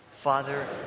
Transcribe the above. Father